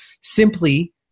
Simply